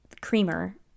creamer